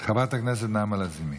חברת הכנסת נעמה לזימי,